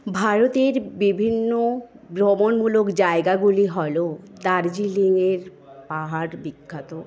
ভারতের বিভিন্ন ভ্রমণমূলক জায়গাগুলি হল দার্জিলিঙের পাহাড় বিখ্যাত